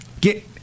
Get